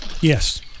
yes